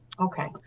okay